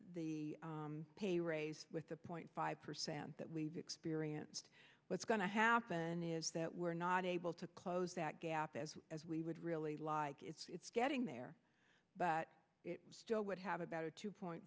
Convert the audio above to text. the pay raise with the point five percent that we've experienced that's going to happen is that we're not able to close that gap as as we would really like it's getting there but it still would have about a two point